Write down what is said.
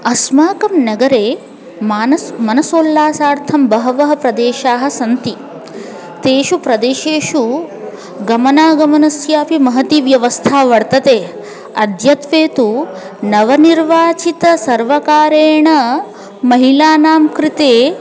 अस्माकं नगरे मानसः मनसोल्लासार्थं बहवः प्रदेशाः सन्ति तेषु प्रदेशेषु गमनागमनस्यापि महती व्यवस्था वर्तते अद्यत्वे तु नवनिर्वाचितसर्वकारेण महिलानां कृते